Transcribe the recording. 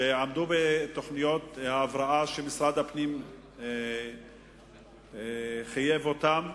שעמדו בתוכניות ההבראה שמשרד הפנים חייב אותן ליישם,